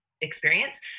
experience